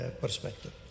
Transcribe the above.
perspective